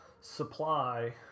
supply